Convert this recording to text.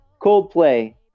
Coldplay